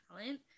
talent